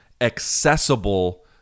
accessible